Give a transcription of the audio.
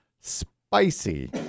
spicy